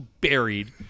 buried